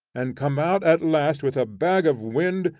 and come out at last with a bag of wind,